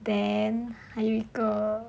then 还有一个